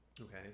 Okay